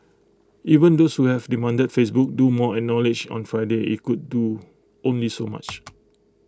even those who have demanded Facebook do more acknowledged on Friday IT could do only so much